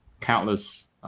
countless